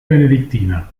benedictina